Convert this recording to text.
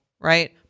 right